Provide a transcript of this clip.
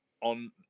on